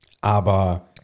Aber